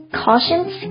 cautions